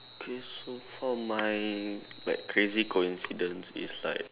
okay so for my like crazy coincidence is like